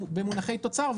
במונחי תוצר,